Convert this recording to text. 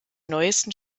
neuesten